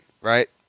right